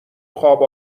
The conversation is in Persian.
خواب